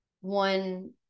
one